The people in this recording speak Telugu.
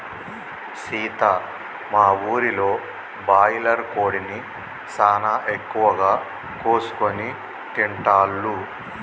సీత మా ఊరిలో బాయిలర్ కోడిని సానా ఎక్కువగా కోసుకొని తింటాల్లు